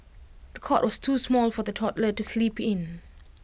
the cot was too small for the toddler to sleep in